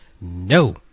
No